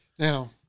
Now